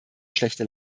schlechte